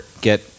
get